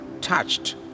touched